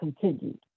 continued